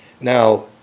Now